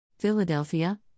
Philadelphia